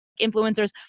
influencers